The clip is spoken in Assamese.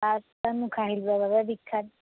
তাত মুখা শিল্পৰ বাবে বিখ্যাত